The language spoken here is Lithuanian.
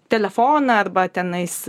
telefoną arba tenais